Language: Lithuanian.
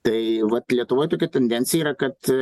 tai vat lietuvoj tokia tendencija yra kad